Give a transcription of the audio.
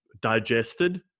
digested